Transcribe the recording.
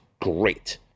great